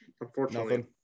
Unfortunately